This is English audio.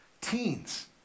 Teens